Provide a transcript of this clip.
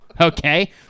Okay